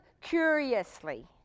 curiously